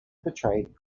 portrayed